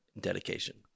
dedication